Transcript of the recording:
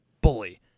bully